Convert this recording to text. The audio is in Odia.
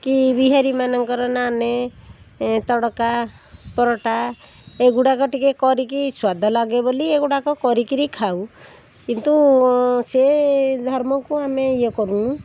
କି ବିହାରିମାନଙ୍କର ନାନ୍ ତଡ଼କା ପରଟା ଏଗୁଡ଼ାକ ଟିକେ କରିକି ସ୍ୱାଦ ଲାଗେ ବୋଲି ଏଗୁଡ଼ାକ କରିକିରି ଖାଉ କିନ୍ତୁ ସେ ଧର୍ମକୁ ଆମେ ଇଏ କରୁନୁ